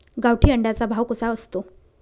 गावठी अंड्याचा भाव कसा असतो?